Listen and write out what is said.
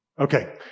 Okay